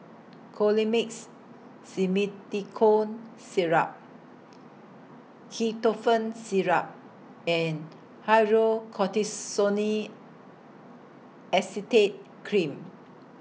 Colimix Simethicone Syrup Ketotifen Syrup and Hydrocortisone Acetate Cream